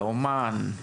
לאמנית.